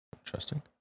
Interesting